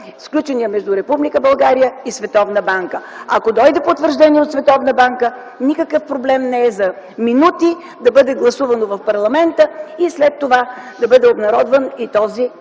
сключен между Република България и Световната банка. Ако дойде потвърждение от Световната банка, никакъв проблем не е за минути този закон да бъде гласуван в парламента и след това да бъде обнародван. Така